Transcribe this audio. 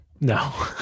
No